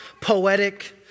poetic